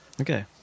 Okay